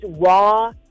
raw